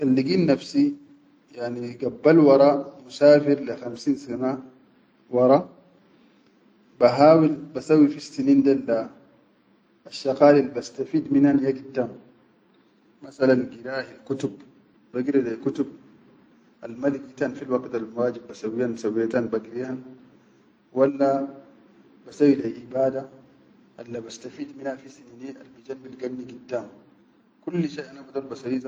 Kan ligid nafsi gabbal wara yani musafir le khamsin sana wara, bahawil bisawwi fissinin del da asshaqalil bastafeed minnan ya giddam, masalan gira hil kutub, bagiri lai kutub al ma ligitan fil waqit, alwajib basawwihan sawwetan bagirihan walla basawwi lai ibada alla bastafeed min fi sinini albijan bilganni giddam kulli shai ana.